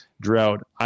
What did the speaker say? drought